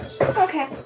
Okay